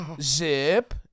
Zip